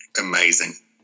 Amazing